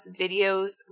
videos